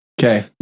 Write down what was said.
Okay